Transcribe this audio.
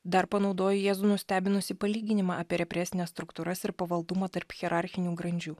dar panaudoja jėzų nustebinusį palyginimą apie represines struktūras ir pavaldumą tarp hierarchinių grandžių